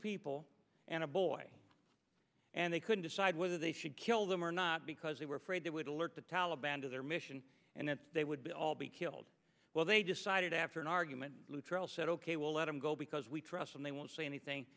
people and a boy and they couldn't decide whether they should kill them or not because they were afraid they would alert the taliban to their mission and that they would all be killed well they decided after an argument lutrell said ok we'll let him go because we trust and they won't say anything